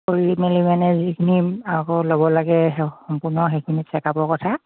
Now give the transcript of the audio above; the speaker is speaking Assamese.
কৰি মেলি মানে যিখিনি আকৌ ল'ব লাগে সম্পূৰ্ণ সেইখিনি চেক আপৰ কথা